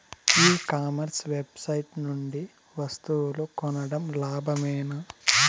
ఈ commerce website నుండి వస్తువులు కొనడం లాభమేనా?